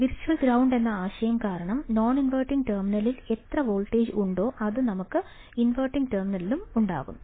virtual ground എന്ന ആശയം കാരണം നോൺ ഇൻവെർട്ടിംഗ് ടെർമിനലിൽ എത്ര വോൾട്ടേജ് ഉണ്ടോ അത് നമുക്ക് ഇൻവെർട്ടിംഗ് ടെർമിനലും ഉണ്ടാകും